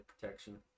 protection